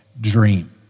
dream